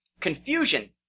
confusion